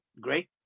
great